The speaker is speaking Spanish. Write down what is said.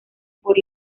por